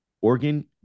organ